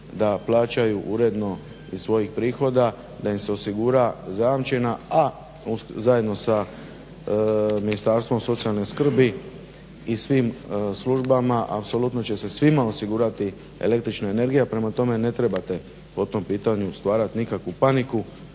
da plaćaju uredno iz svojih prihoda, da im se osigura zajamčena, a zajedno sa Ministarstvom socijalne skrbi i sa svim službama apsolutno će se svima osigurati el.energija. prema tome ne trebate po tom pitanju stvarati nikakvu paniku.